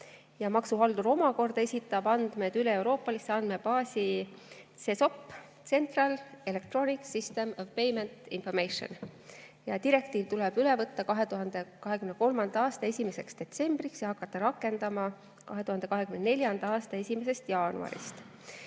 Maksuhaldur omakorda esitab andmed üleeuroopalisse andmebaasi CESOP (Central Electronic System of Payment Information). Direktiiv tuleb üle võtta 2023. aasta 1. detsembriks ja seda tuleb hakata rakendama 2024. aasta 1. jaanuarist.